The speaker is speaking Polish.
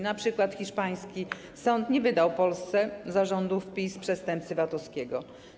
Na przykład hiszpański sąd nie wydał Polsce za rządów PiS przestępcy VAT-owskiego.